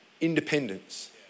independence